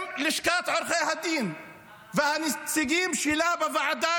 אם לשכת עורכי הדין והנציגים שלה בוועדה